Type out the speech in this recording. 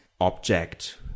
object